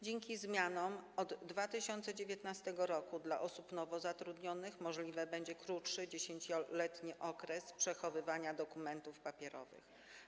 Dzięki zmianom od 2019 r. w przypadku osób nowo zatrudnionych możliwy będzie krótszy, 10-letni okres przechowywania dokumentów papierowych.